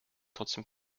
trotzdem